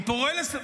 כמה זה מפתיע.